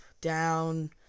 down